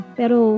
pero